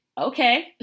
okay